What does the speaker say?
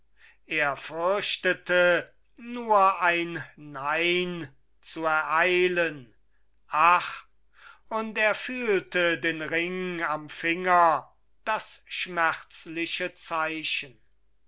er fürchtete nur ein nein zu ereilen ach und er fühlte den ring am finger das schmerzliche zeichen